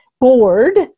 bored